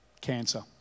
cancer